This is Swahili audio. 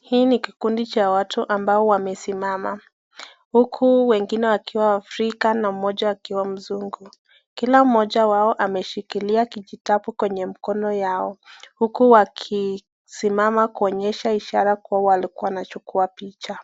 Hii ni kikundi cha watu ambao wamesimama, huku wengine akiwa mwafrika na wengine akiwa mzungu. Kila mmoja wao ameshikilia kijitabu kwenye mkono wao. Huku wakisimama kuonyesha ishara kuwa walikuwa wanachukua picha.